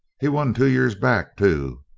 he won two years back, too.